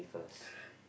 correct